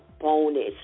bonus